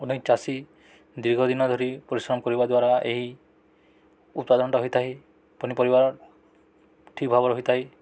ଅନେକ ଚାଷୀ ଦୀର୍ଘ ଦିନ ଧରି ପରିଶ୍ରମ କରିବା ଦ୍ୱାରା ଏହି ଉତ୍ପାଦନଟା ହୋଇଥାଏ ପନିପରିବାର ଠିକ ଭାବରେ ହୋଇଥାଏ